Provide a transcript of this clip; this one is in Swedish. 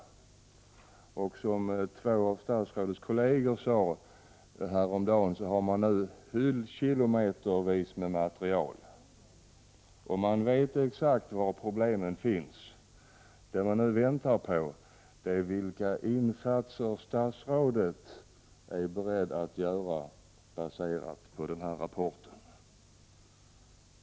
Man har nu, som två av statsrådets kolleger nämnde häromdagen, hyllkilometer med material, och man vet exakt var problemen finns. Det man nu väntar på är de insatser som statsrådet är beredd att göra på basis av den här rapporten.